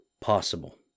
possible